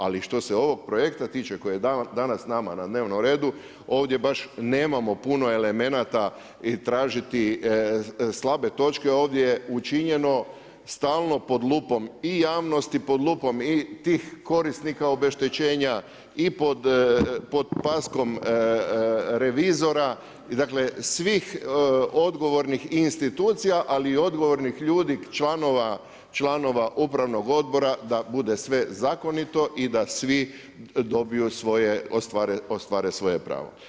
Ali što se ovog projekta tiče, koje je danas s nama na dnevnom redu, ovdje baš nemamo puno elemenata i tražiti slabe točke ovdje, učinjeno, stalno pod lupom i javnosti i pod lupom i tih korisnika obeštećenja i pod paskom revizora, dakle svih odgovornih i institucija ali i odgovornih ljudi članova upravnog odbora da bude sve zakonito i da svi dobiju svoje, ostvare svoje pravo.